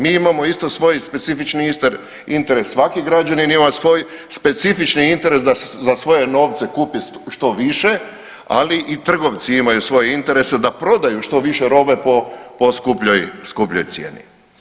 Mi imamo isto svojih specifični interes, svaki građanin ima svoj specifični interes da za svoje novce kupi što više, ali i trgovci imaju svoje interese da prodaju što više robe po skupljoj, skupljoj cijeni.